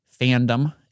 fandom